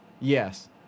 Yes